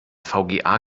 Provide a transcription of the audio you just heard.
vga